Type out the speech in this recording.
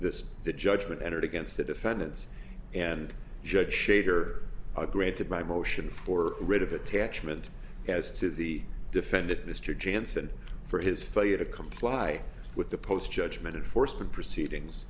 this the judgment entered against the defendants and judge shater a great to my motion for rid of attachment as to the defendant mr jansen for his failure to comply with the post judgment and force the proceedings